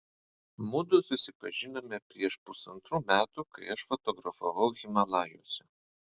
mudu susipažinome prieš pusantrų metų kai aš fotografavau himalajuose